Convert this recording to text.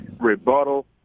rebuttal